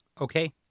Okay